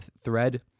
thread